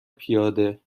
پیاده